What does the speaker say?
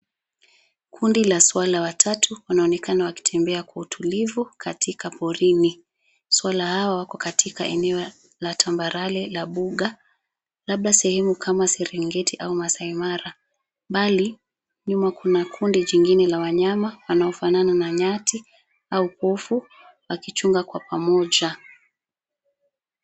Kundi la swara watatu, wanaonekana wakitembea kwa utulivu katika porini. Swara hawa wako katika eneo la tambarare la mbuga. Labda sehemu kama Serengeti na Maasai Mara. Mbali nyuma kuna kundi lingine wanaofanana na nyati au kovu wakichunga kwa pamoja.